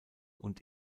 und